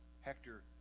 Hector